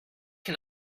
can